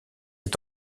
est